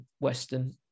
western